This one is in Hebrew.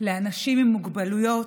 לאנשים עם מוגבלויות,